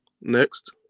Next